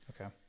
Okay